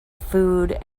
food